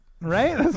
Right